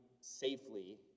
safely